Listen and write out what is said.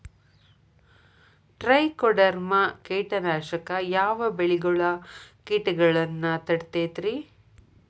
Trichoderma ಕೇಟನಾಶಕ ಯಾವ ಬೆಳಿಗೊಳ ಕೇಟಗೊಳ್ನ ತಡಿತೇತಿರಿ?